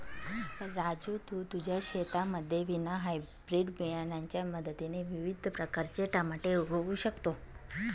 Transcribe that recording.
राजू तू तुझ्या शेतामध्ये विना हायब्रीड बियाणांच्या मदतीने विविध प्रकारचे टमाटे उगवू शकतो